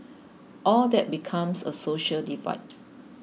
all that becomes a social divide